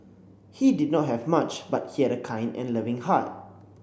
he did not have much but he had a kind and loving heart